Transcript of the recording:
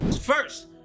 First